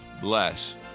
bless